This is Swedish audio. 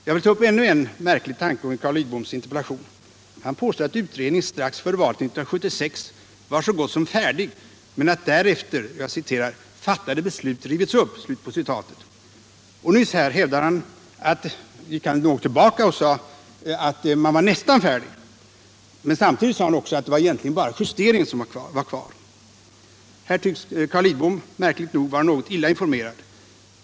Jag vill ta upp ännu en märklig tankegång i Carl Lidboms interpellation. Han påstår att utredningen strax före valet 1976 var så gott som färdig, men att därefter ”fattade beslut rivits upp”. I sitt anförande nyss kom han tillbaka till detta påstående att utredningen var nästan färdig, men — Nr 25 samtidigt påstod han att det egentligen bara var en justering som fattades. Här tycks Carl Lidbom märkligt nog vara något illa informerad.